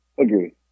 Agree